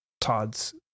Todd's